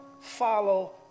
follow